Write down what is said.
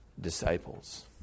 disciples